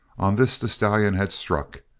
on this the stallion had struck,